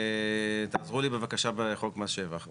תעזרו לי בבקשה בחוק מס שבח.